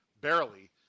Barely